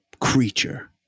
creature